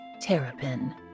Terrapin